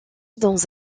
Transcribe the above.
dans